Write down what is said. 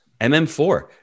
MM4